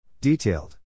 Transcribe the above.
Detailed